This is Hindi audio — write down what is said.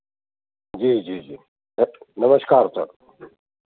जी जी जी नमस्कार सर